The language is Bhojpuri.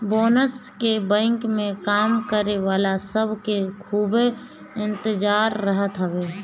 बोनस के बैंक में काम करे वाला सब के खूबे इंतजार रहत हवे